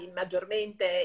maggiormente